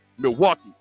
Milwaukee